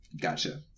Gotcha